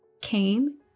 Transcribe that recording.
came